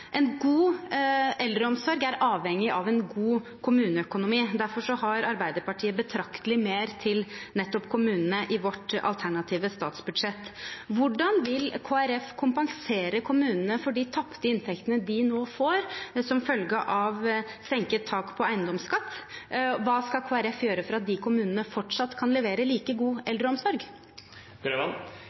En god eldreomsorg er avhengig av en god kommuneøkonomi, derfor har Arbeiderpartiet betraktelig mer til nettopp kommunene i vårt alternative statsbudsjett. Hvordan vil Kristelig Folkeparti kompensere kommunene for de tapte inntektene de nå får, som følge av senket tak på eiendomsskatt? Hva skal Kristelig Folkeparti gjøre for at de kommunene fortsatt kan levere like god